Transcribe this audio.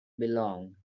belong